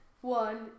One